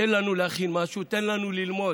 תן לנו להכין משהו, תן לנו ללמוד.